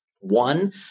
one